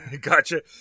Gotcha